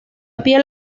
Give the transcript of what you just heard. piel